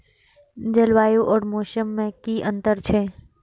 जलवायु और मौसम में कि अंतर छै?